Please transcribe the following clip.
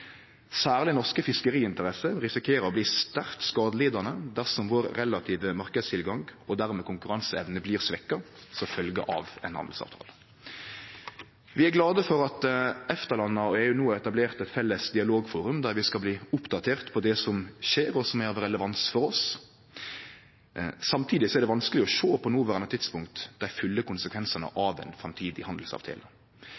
Særleg norske fiskeriinteresser risikerer å bli sterkt skadelidande dersom den relative marknadstilgangen vår – og dermed konkurranseevna vår – blir svekte som følgje av ein handelsavtale. Vi er glade for at EFTA-landa og EU no har etablert eit felles dialogforum der vi skal bli oppdaterte på det som skjer, og som er relevant for oss. Samtidig er det vanskeleg å sjå – på noverande tidspunkt – dei fulle konsekvensane